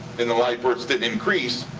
and the live births didn't increase,